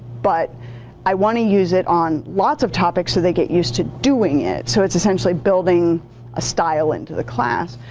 but i want to use it on lots of topics so they get used to doing it. so it's essentially building a style into the class.